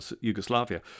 Yugoslavia